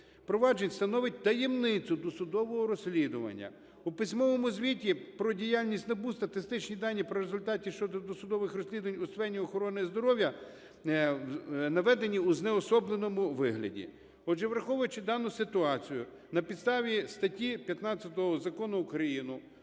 проваджень становить таємницю досудового розслідування. У письмовому звіті про діяльність НАБУ статистичні дані про результати щодо досудових розслідувань у сфері охорони здоров'я наведені у знеособленому вигляді. Отже, враховуючи дану ситуацію, на підставі статті 15 Закону України